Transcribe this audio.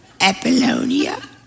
Apollonia